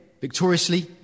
victoriously